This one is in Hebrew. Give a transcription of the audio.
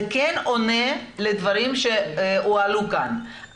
זה כן עונה לדברים שהועלו כאן.